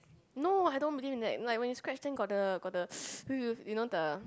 no I don't believe in that like when you scratch then got the got the you know the